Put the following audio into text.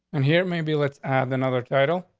and here maybe let's have another title.